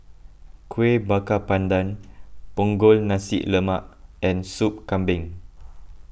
Kuih Bakar Pandan Punggol Nasi Lemak and Sup Kambing